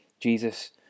Jesus